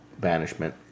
banishment